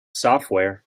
software